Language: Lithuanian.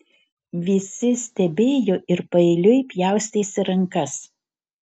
visi stebėjo ir paeiliui pjaustėsi rankas